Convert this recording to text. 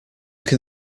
can